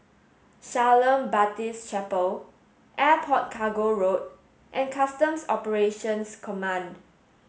Shalom Baptist Chapel Airport Cargo Road and Customs Operations Command